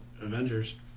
Avengers